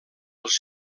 els